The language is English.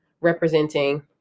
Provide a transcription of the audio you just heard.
representing